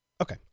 Okay